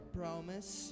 promise